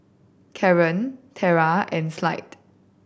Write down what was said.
Kaaren Tierra and Clide